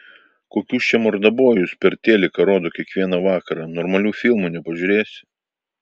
kokius čia mordabojus per teliką rodo kiekvieną vakarą normalių filmų nepažiūrėsi